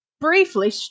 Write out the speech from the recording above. briefly